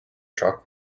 truck